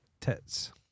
tits